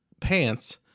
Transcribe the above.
pants